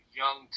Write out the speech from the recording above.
young